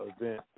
event